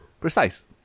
precise